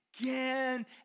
again